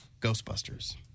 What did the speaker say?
Ghostbusters